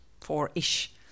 four-ish